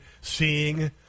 seeing